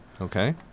Okay